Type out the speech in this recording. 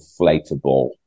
inflatable